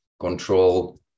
control